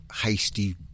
hasty